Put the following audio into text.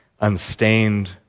unstained